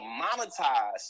monetize